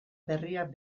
berriak